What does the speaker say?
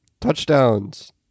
Touchdowns